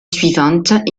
suivante